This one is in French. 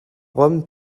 rome